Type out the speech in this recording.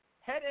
head